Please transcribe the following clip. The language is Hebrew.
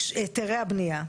היתרי הבנייה.